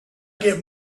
get